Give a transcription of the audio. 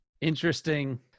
interesting